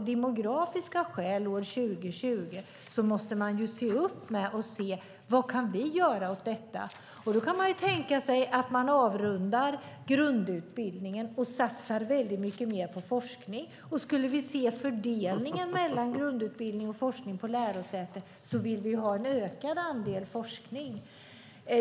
demografiska skäl år 2020, måste se upp och se: Vad kan vi göra åt detta? Då kan man tänka sig att man avrundar grundutbildningen och satsar mycket mer på forskning. Och när det gäller fördelningen mellan grundutbildning och forskning på lärosäten vill vi ha en ökad andel forskning.